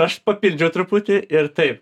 aš papildžiau truputį ir taip